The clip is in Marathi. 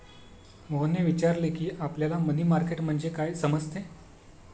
मोहनने विचारले की, आपल्याला मनी मार्केट म्हणजे काय समजते?